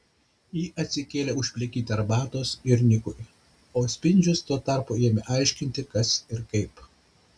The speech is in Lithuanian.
ji atsikėlė užplikyti arbatos ir nikui o spindžius tuo tarpu ėmė aiškinti kas ir kaip